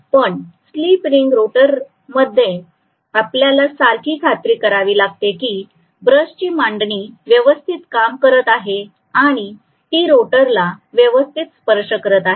पण slip ring rotor मध्ये आपल्याला सारखी खात्री करावी लागते की ब्रशची मांडणी व्यवस्थित काम करत आहे आणि ती रोटरला व्यवस्थित स्पर्श करत आहे